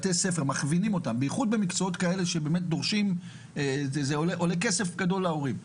בייחוד במקצועות כאלה שזה עולה כסף גדול להורים.